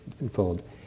unfold